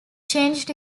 changed